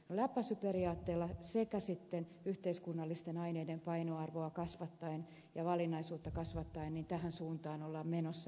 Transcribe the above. läpäisyperiaatteella sekä yhteiskunnallisten aiheiden painoarvoa kasvattaen ja valinnaisuutta kasvattaen tähän suuntaan ollaan menossa